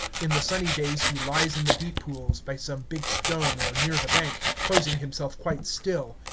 in the sunny days he lies in the deep pools, by some big stone or near the bank, poising himself quite still,